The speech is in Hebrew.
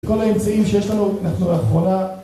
בכל האמצעים שיש לנו, אנחנו לאחרונה...